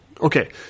Okay